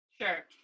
sure